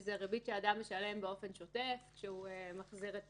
כשזאת ריבית שאדם משלם באופן שוטף כשהוא מחזיר את